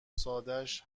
سادش